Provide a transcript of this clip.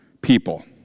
people